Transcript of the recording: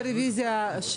רביזיה.